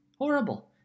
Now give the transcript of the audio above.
Horrible